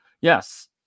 yes